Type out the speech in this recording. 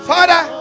Father